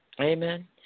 Amen